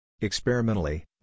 Experimentally